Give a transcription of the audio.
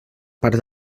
part